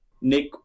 nick